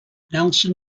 nelson